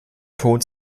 tod